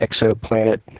exoplanet